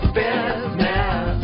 business